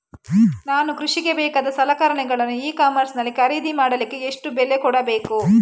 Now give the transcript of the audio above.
ನಾನು ಕೃಷಿಗೆ ಬೇಕಾದ ಸಲಕರಣೆಗಳನ್ನು ಇ ಕಾಮರ್ಸ್ ನಲ್ಲಿ ಖರೀದಿ ಮಾಡಲಿಕ್ಕೆ ಎಷ್ಟು ಬೆಲೆ ಕೊಡಬೇಕು?